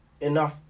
enough